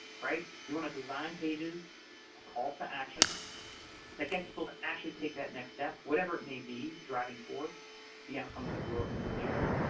right? we want to design pages or calls to action that get people to actually take that next step, whatever it may be, driving toward the outcomes of your organization.